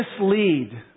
mislead